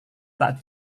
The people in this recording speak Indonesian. tak